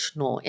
no